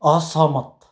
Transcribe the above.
असहमत